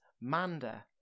Manda